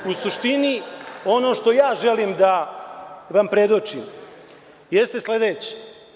U suštini ono što želim da vam predočim jeste sledeće.